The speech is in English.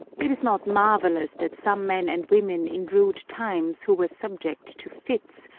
it is not mar vellous that some men and women in rude times, who were subject to fits,